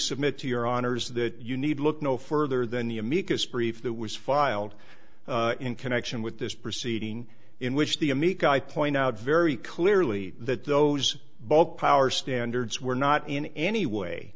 submit to your honor's that you need look no further than the amicus brief that was filed in connection with this proceeding in which the a meek i point out very clearly that those bulk power standards were not in any way